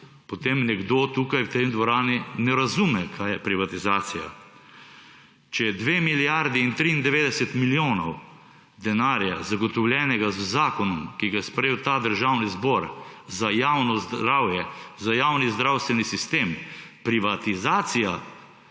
potem nekdo tukaj v tej dvorani ne razume, kaj je privatizacija. Če je 2 milijardi in 93 milijonov denarja, zagotovljenega z zakonom, ki ga je sprejel ta državni zbor za javno zdravje, za javni zdravstveni sistem, privatizacija